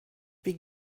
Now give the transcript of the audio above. wir